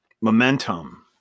momentum